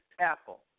Apple